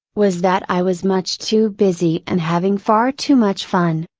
was that i was much too busy and having far too much fun.